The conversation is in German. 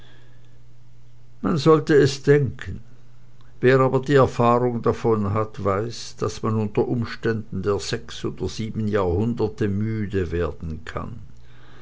man sollte es denken wer aber die erfahrung davon hat weiß daß man unter umständen der sechs oder sieben jahrhunderte müde werden kann